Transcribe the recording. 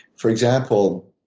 for example,